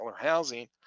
housing